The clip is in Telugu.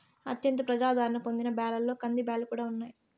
అత్యంత ప్రజాధారణ పొందిన బ్యాళ్ళలో కందిబ్యాల్లు కూడా ఉన్నాయి